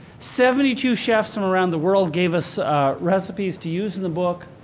seventy two chefs from around the world gave us recipes to use in the book.